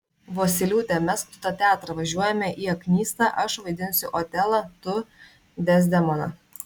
vosyliūte mesk tu tą teatrą važiuojame į aknystą aš vaidinsiu otelą tu dezdemoną